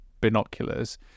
binoculars